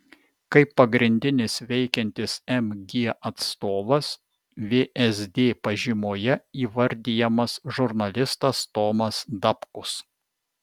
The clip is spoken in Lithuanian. kaip pagrindinis veikiantis mg atstovas vsd pažymoje įvardijamas žurnalistas tomas dapkus